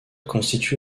constitue